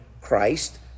Christ